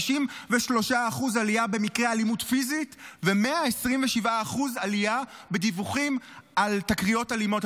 93% עלייה במקרה אלימות פיזית ו-127% עלייה בדיווחים על תקריות אלימות,